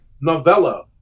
novella